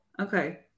okay